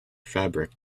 fabric